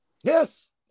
Yes